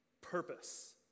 purpose